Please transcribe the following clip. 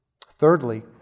Thirdly